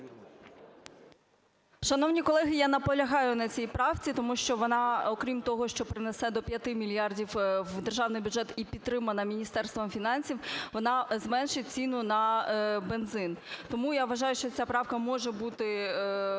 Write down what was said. Шановні колеги, я наполягаю на цій правці, тому що вона окрім того, що принесе до 5 мільярдів в державний бюджет і підтримана Міністерством фінансів, вона зменшить ціну на бензин. Тому я вважаю, що ця правка може бути